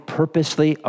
purposely